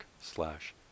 slash